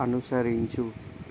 అనుసరించు